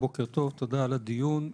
בוקר טוב, תודה על הדיון.